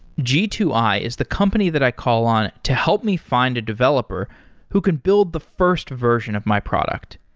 g two i is the company that i call on to help me find a developer who can build the first version of my product.